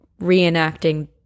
reenacting